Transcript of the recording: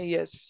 Yes